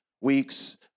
weeks